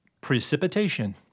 precipitation